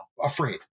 afraid